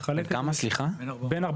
על ידי